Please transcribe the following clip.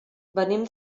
venim